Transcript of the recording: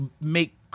make